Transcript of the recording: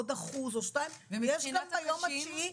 עוד 1% אחוז או 2% ויש גם ביום התשיעי,